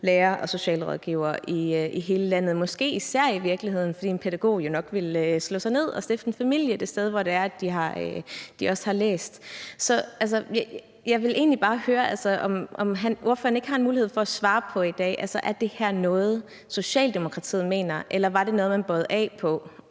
lærer og socialrådgiver i hele landet – måske i virkeligheden især. For en pædagog ville jo nok slå sig ned og stifte en familie det sted, hvor de har læst. Jeg vil egentlig bare høre, om ordføreren ikke har en mulighed for i dag at svare på, om det her er noget, Socialdemokratiet mener, eller om det var noget, man bøjede af på,